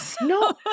No